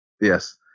Yes